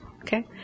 okay